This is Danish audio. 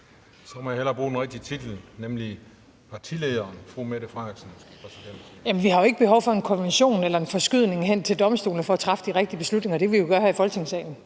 Så må jeg hellere bruge den rigtige titel, nemlig partilederen fru Mette Frederiksen fra Socialdemokratiet. Kl. 14:50 Mette Frederiksen (S): Vi har jo ikke behov for en konvention eller en forskydning hen til domstolene for at træffe de rigtige beslutninger. Det kan vi jo gøre her i Folketingssalen,